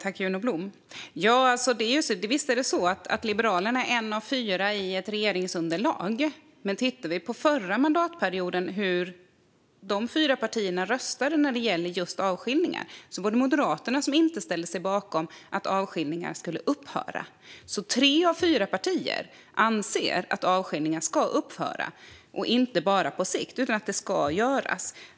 Fru talman! Visst är det så att Liberalerna är ett parti av fyra i ett regeringsunderlag. Men vi kan titta på hur de fyra partierna under förra mandatperioden röstade när det gällde avskiljningar. Då var det Moderaterna som inte ställde sig bakom att avskiljningarna skulle upphöra. Tre av fyra partier anser alltså att avskiljningarna ska upphöra - inte bara på sikt utan att det ska göras.